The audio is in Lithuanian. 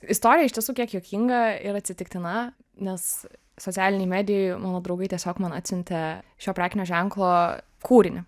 istorija iš tiesų kiek juokinga ir atsitiktina nes socialinėj medijoj mano draugai tiesiog man atsiuntė šio prekinio ženklo kūrinį